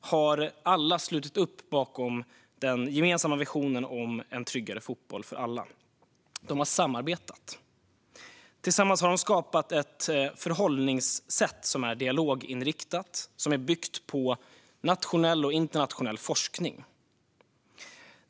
har alla slutit upp bakom den gemensamma visionen om tryggare fotboll för alla. De har samarbetat. Tillsammans har de skapat ett förhållningssätt som är dialoginriktat och byggt på nationell och internationell forskning.